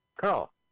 Carl